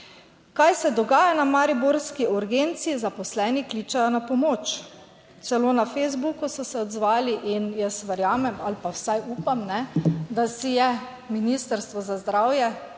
Kaj se dogaja na mariborski urgenci? Zaposleni kličejo na pomoč. Celo na Facebooku so se odzvali. In jaz verjamem ali pa vsaj upam, da si je Ministrstvo za zdravje,